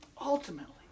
Ultimately